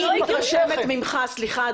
סליחה,